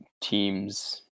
teams